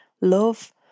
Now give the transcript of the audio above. love